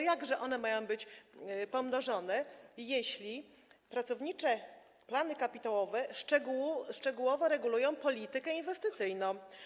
Jakże one mają być pomnażane, jeśli pracownicze plany kapitałowe szczegółowo regulują politykę inwestycyjną?